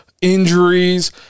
injuries